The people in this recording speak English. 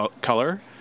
color